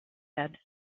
said